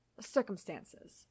circumstances